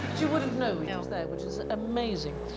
you wouldn't know it was there which is amazing.